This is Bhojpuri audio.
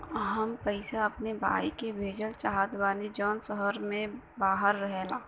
हम पैसा अपने भाई के भेजल चाहत बानी जौन शहर से बाहर रहेलन